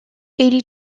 eighty